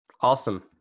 Awesome